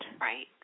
Right